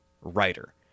writer